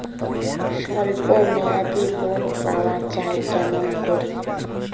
স্বল্প মেয়াদি লোন পাওয়া যায় কেমন করি?